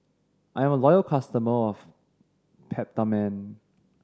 I'm a loyal customer of Peptamen